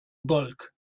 bulk